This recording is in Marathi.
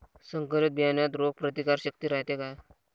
संकरित बियान्यात रोग प्रतिकारशक्ती रायते का?